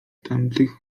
tamtych